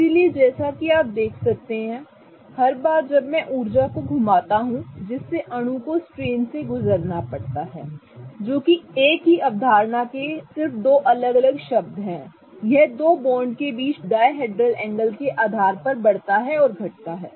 इसलिए जैसा कि आप देख सकते हैं कि हर बार जब मैं उस ऊर्जा को घुमाता हूं जिससे अणु को स्ट्रेन से गुजरना पड़ता है जो कि एक ही अवधारणा के लिए सिर्फ दो अलग अलग शब्द हैं यह दो बॉन्ड के बीच डायहेड्रल एंगल के आधार पर बढ़ता है और घटता है